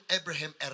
Abraham